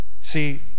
See